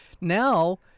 now